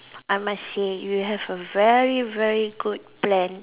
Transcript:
I must say you have a very very good plan